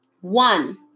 One